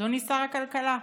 אדוני שר הכלכלה.